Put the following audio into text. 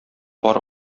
пар